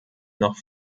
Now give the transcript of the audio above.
noch